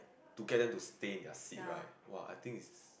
to get them to stay in their seats right !wah! I think it's